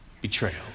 betrayal